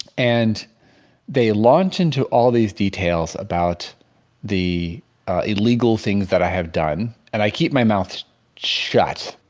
and they launch into all these details about the illegal things that i have done and i keep my mouth shut.